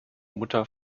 mutter